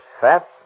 fat